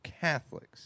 Catholics